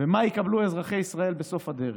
מה יקבלו אזרחי ישראל בסוף הדרך.